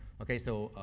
okay? so,